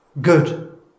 good